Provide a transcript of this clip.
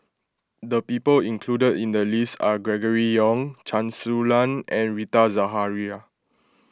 the people included in the list are Gregory Yong Chen Su Lan and Rita Zahara